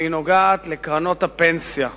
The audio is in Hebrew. וזה נוגע לקרנות הפנסיה הוותיקות,